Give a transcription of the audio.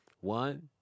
One